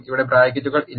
ഇവിടെ ബ്രാക്കറ്റുകൾ ഇല്ല